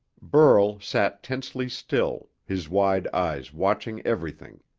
burl sat tensely still, his wide eyes watching everything,